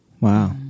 Wow